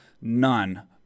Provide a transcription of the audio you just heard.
none